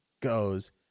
goes